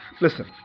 listen